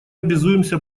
обязуемся